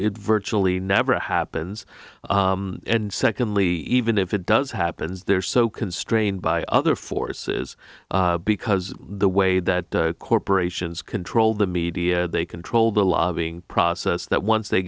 virtually never happens and secondly even if it does happens there are so constrained by other forces because the way that corporations control the media they control the lobbying process that once they